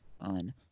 on